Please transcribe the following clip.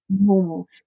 Normal